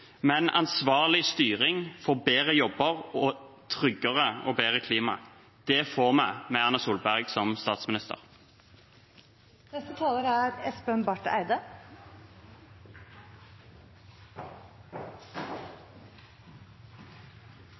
men ansvarlig styring for bedre og tryggere jobber og bedre klima. Det får vi med Erna Solberg som